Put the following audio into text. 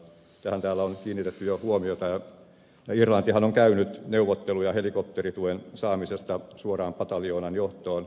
tähän täällä on kiinnitetty jo huomiota ja irlantihan on käynyt neuvotteluja helikopterituen saamisesta suoraan pataljoonan johtoon